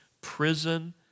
prison